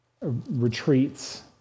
retreats